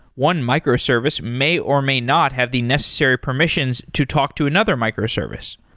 one microservice may or may not have the necessary permissions to talk to another microservice.